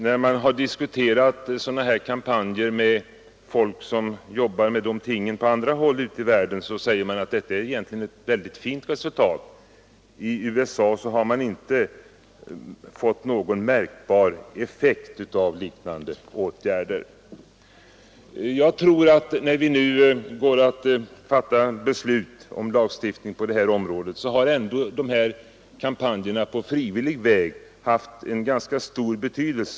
Folk som arbetar med sådana kampanjer på andra håll i världen säger att detta är ett mycket fint resultat. I USA har man inte fått någon märkbar effekt av liknande åtgärder. När vi nu går att fatta beslut om en lagstiftning på detta område vill jag säga att jag tror att kampanjerna för att öka användningen av bilbälte på frivillig väg haft stor betydelse.